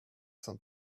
some